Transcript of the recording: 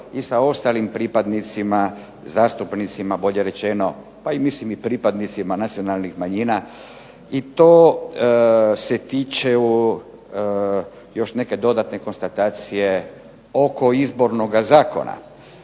i sa ostalim pripadnicima, zastupnicima bolje rečeno, pa i mislim pripadnicima nacionalnih manjina i to se tiču još neke dodatne konstatacije oko Izbornoga zakona